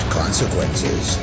consequences